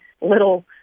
little